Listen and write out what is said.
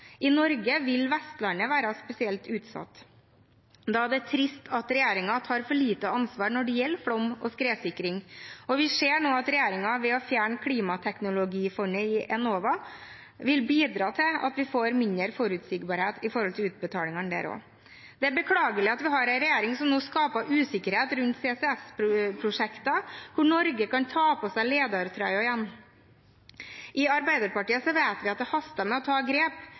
I Norge vil Vestlandet være spesielt utsatt. Da er det trist at regjeringen tar for lite ansvar når det gjelder flom- og skredsikring. Vi ser nå at regjeringen ved å fjerne klimateknologifondet i Enova vil bidra til at vi får mindre forutsigbarhet når det gjelder utbetalingene der også. Det er beklagelig at vi har en regjering som nå skaper usikkerhet rundt CCS-prosjektene, der Norge kan ta på seg ledertrøya igjen. I Arbeiderpartiet vet vi at det haster med å ta grep.